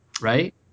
right